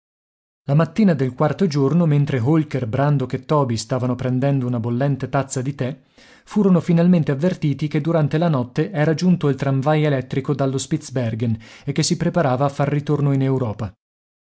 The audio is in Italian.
la mattina del quarto giorno mentre holker brandok e toby stavano prendendo una bollente tazza di tè furono finalmente avvertiti che durante la notte era giunto il tramvai elettrico dallo spitzbergen e che si preparava a far ritorno in europa